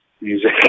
music